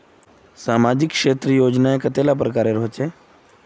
सामाजिक क्षेत्र योजनाएँ कतेला प्रकारेर होचे?